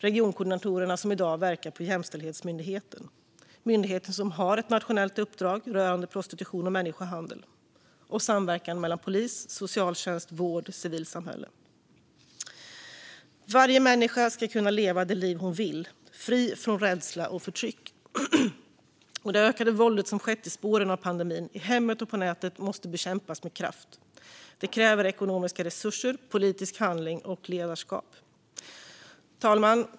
Regionkoordinatorerna verkar i dag på Jämställdhetsmyndigheten, som är den myndighet som har ett nationellt uppdrag rörande prostitution och människohandel samt samverkan mellan polis, socialtjänst, vård och civilsamhälle. Varje människa ska kunna leva det liv hon vill, fri från rädsla och förtryck. Det ökade våldet i spåren av pandemin, i hemmet och på nätet, måste bekämpas med kraft. Detta kräver ekonomiska resurser, politisk handling och ledarskap. Fru talman!